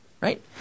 right